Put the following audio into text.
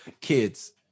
kids